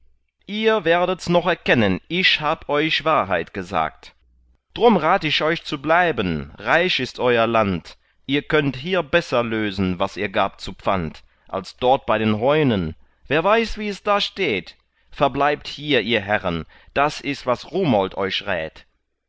ihr werdets noch erkennen ich hab euch wahrheit gesagt drum rat ich euch zu bleiben reich ist euer land ihr könnt hier besser lösen was ihr gabt zu pfand als dort bei den heunen wer weiß wie es da steht verbleibt hier ihr herren das ist was rumold euch rät